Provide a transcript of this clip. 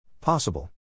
Possible